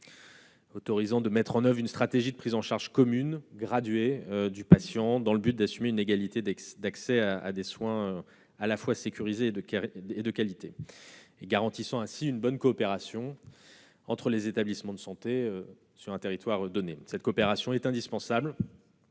afin de mettre en oeuvre une stratégie de prise en charge commune et graduée du patient, dans le but d'assurer une égalité d'accès à des soins à la fois sécurisés et de qualité. Elle a ainsi garanti une bonne coopération entre les établissements de santé sur un territoire donné. Cette coopération indispensable